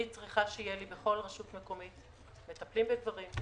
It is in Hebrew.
אני צריכה שיהיו לי בכל רשות מקומית מטפלים בגברים,